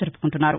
జరుపుకుంటున్నారు